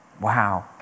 Wow